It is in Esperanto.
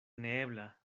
neebla